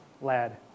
lad